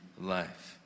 life